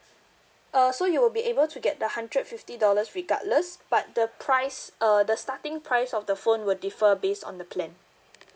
uh so you will be able to get the hundred fifty dollars regardless but the price uh the starting price of the phone will differ based on the plan